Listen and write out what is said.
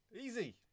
easy